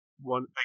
one